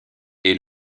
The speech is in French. est